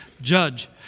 judge